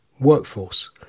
workforce